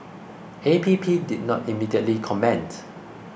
A P P did not immediately comment